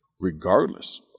regardless